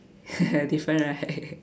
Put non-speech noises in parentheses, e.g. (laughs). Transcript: (laughs) different right (laughs)